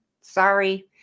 sorry